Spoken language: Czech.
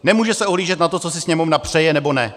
Nemůže se ohlížet na to, co si Sněmovna přeje, nebo ne.